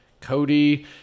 Cody